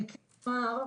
אני כבר אומר,